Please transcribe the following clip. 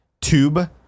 tube